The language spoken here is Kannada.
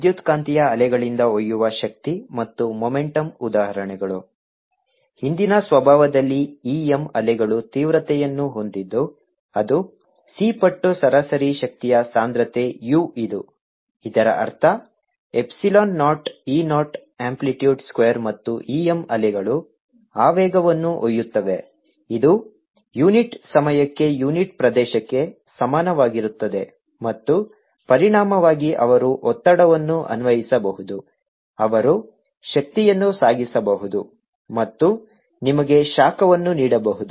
ವಿದ್ಯುತ್ಕಾಂತೀಯ ಅಲೆಗಳಿಂದ ಒಯ್ಯುವ ಶಕ್ತಿ ಮತ್ತು ಮೊಮೆಂಟಮ್ ಉದಾಹರಣೆಗಳು ಹಿಂದಿನ ಸ್ವಭಾವದಲ್ಲಿ e m ಅಲೆಗಳು ತೀವ್ರತೆಯನ್ನು ಹೊಂದಿದ್ದು ಅದು c ಪಟ್ಟು ಸರಾಸರಿ ಶಕ್ತಿಯ ಸಾಂದ್ರತೆ u ಇದು ಇದರ ಅರ್ಥ ಎಪ್ಸಿಲಾನ್ 0 e 0 ಅಂಪ್ಲಿಟ್ಯೂಡ್ ಸ್ಕ್ವೇರ್ ಮತ್ತು e m ಅಲೆಗಳು ಆವೇಗವನ್ನು ಒಯ್ಯುತ್ತವೆ ಇದು ಯುನಿಟ್ ಸಮಯಕ್ಕೆ ಯುನಿಟ್ ಪ್ರದೇಶಕ್ಕೆ ಸಮಾನವಾಗಿರುತ್ತದೆ ಮತ್ತು ಪರಿಣಾಮವಾಗಿ ಅವರು ಒತ್ತಡವನ್ನು ಅನ್ವಯಿಸಬಹುದು ಅವರು ಶಕ್ತಿಯನ್ನು ಸಾಗಿಸಬಹುದು ಮತ್ತು ನಿಮಗೆ ಶಾಖವನ್ನು ನೀಡಬಹುದು